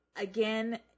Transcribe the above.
Again